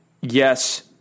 yes